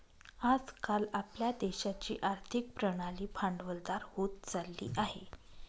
आज काल आपल्या देशाची आर्थिक प्रणाली भांडवलदार होत चालली आहे